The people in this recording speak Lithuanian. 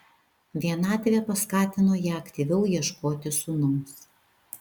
vienatvė paskatino ją aktyviau ieškoti sūnaus